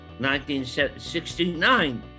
1969